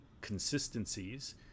consistencies